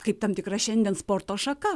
kaip tam tikra šiandien sporto šaka